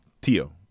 Tio